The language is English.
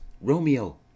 romeo